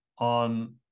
on